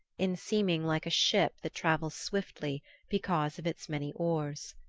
in seeming like a ship that travels swiftly because of its many oars.